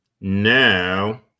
now